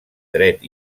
dret